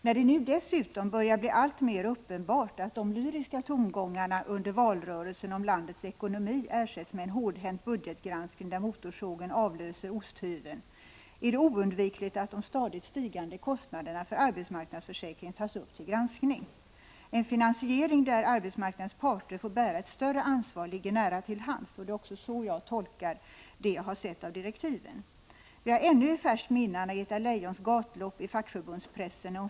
När det nu dessutom börjar bli alltmer uppenbart att de lyriska tongångarna under valrörelsen när det gäller landets ekonomi ersätts med en hårdhänt budgetgranskning, där motorsågen avlöser osthyveln, är det oundvikligt att de stadigt stigande kostnaderna för arbetslöshetsförsäkringen tas upp till granskning. En finansiering som innebär att arbetsmarknadens parter får bära ett större ansvar ligger nära till hands. Det är också på det sättet jag har tolkat det som jag har sett av direktiven. Vi har ännu i färskt minne Anna-Greta Leijons gatlopp i fackförbundspressen.